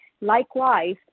Likewise